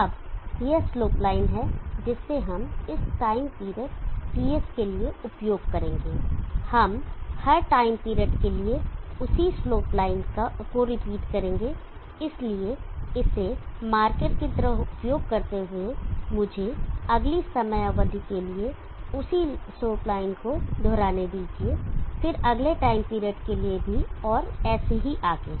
अब यह slope line है जिसे हम इस टाइम पीरियड TS के लिए उपयोग करेंगे हम हर टाइम पीरियड के लिए उसी स्लोप लाइन को रिपीट करेंगे इसलिए इसे मार्कर की तरह उपयोग करते हुए मुझे अगली समय अवधि के लिए उसी स्लोप लाइन को दोहराने दीजिए फिर अगले टाइम पीरियड के लिए भी और ऐसे ही आगे